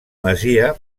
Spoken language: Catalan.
masia